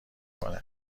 کنه